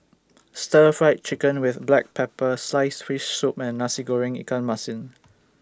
Stir Fried Chicken with Black Pepper Slice Fish Soup and Nasi Goreng Ikan Masin